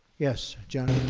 yes, jon.